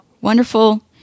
wonderful